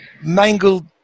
mangled